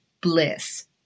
Bliss